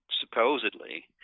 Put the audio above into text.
supposedly